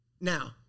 Now